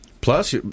Plus